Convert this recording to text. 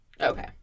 Okay